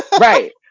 Right